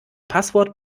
passwort